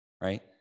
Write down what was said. right